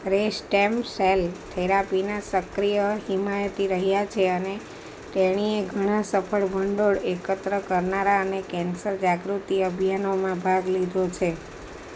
Restem cell થેરાપીના સક્રિય હિમાયતી રહ્યા છે અને તેણીએ ઘણા સફળ ભંડોળ એકત્ર કરનારા અને કેન્સર જાગૃતિ અભિયાનોમાં ભાગ લીધો છે